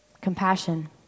Compassion